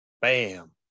Bam